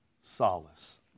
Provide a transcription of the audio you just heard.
solace